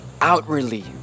outwardly